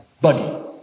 body